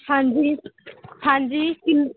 ਹਾਂਜੀ ਹਾਂਜੀ ਕਿੰਨ